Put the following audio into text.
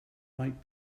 might